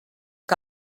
que